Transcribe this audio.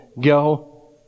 go